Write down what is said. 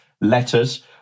letters